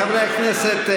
חברי הכנסת,